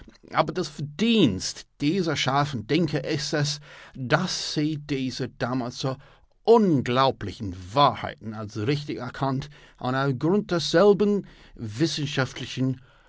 aber das verdienst dieser scharfen denker ist es daß sie diese damals so unglaublichen wahrheiten als richtig erkannten und auf grund derselben wissenschaftliche